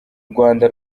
rwanda